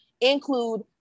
include